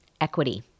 equity